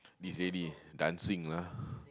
this lady dancing lah